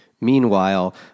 Meanwhile